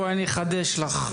בואי אני אחדש לך,